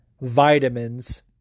vitamins